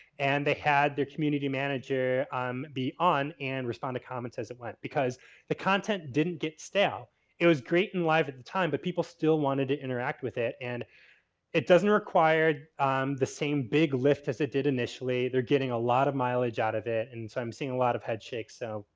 and they had their community manager um be on and respond to comments as it went. because the content didn't get stale it was great in live at the time, but people still wanted to interact with it. and it doesn't require the same big lift as it did initially. they're getting a lot of mileage out of it. and so, i'm seeing a lot of head shakes. so,